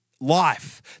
life